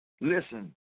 Listen